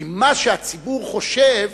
כי מה שהציבור חושב